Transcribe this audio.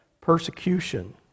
persecution